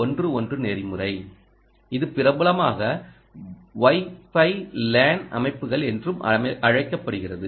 11 நெறிமுறை இது பிரபலமாக வைஃபை லேன் அமைப்புகள் என்றும் அழைக்கப்படுகிறது